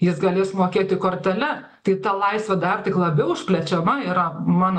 jis galės mokėti kortele tai ta laisvė dar tik labiau išplečiama yra mano